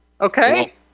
okay